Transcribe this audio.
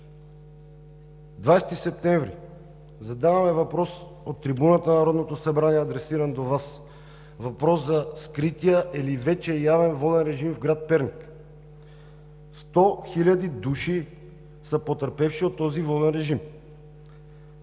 20 септември зададохме въпрос от трибуната на Народното събрание, адресиран до Вас, за скрития или вече явен воден режим в град Перник. Сто хиляди души са потърпевши от този воден режим!